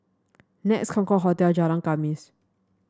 Nex Concorde Hotel Jalan Khamis